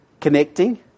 connecting